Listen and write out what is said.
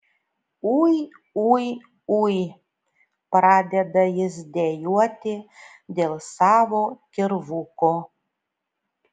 ui ui ui pradeda jis dejuoti dėl savo kirvuko